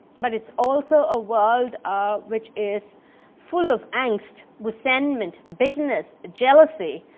but it is also a world um which is full of angst, resentment, bitterness, jealousy,